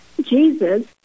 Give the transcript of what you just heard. Jesus